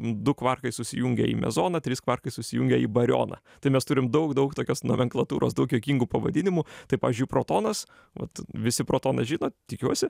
du kvarkai susijungia į mezoną trys kvarkai susijungia į barioną tai mes turim daug daug tokios nomenklatūros daug juokingų pavadinimų tai pavyzdžiui protonas vat visi protoną žino tikiuosi